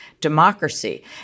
democracy